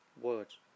words